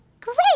great